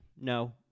No